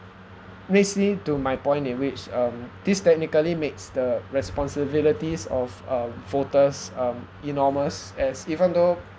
listening to my point in which um this technically makes the responsibilities of um voters um enormous as even though